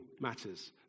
matters